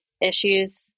issues